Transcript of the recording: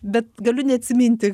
bet galiu neatsiminti